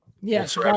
yes